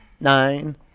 Nine